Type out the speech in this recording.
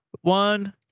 one